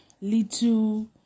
little